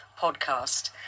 podcast